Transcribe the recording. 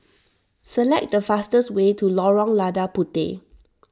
select the fastest way to Lorong Lada Puteh